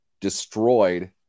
destroyed